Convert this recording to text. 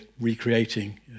recreating